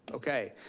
okay,